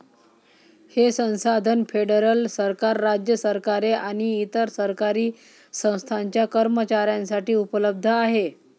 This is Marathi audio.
हे संसाधन फेडरल सरकार, राज्य सरकारे आणि इतर सरकारी संस्थांच्या कर्मचाऱ्यांसाठी उपलब्ध आहे